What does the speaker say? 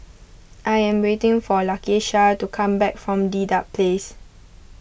I am waiting for Lakesha to come back from Dedap Place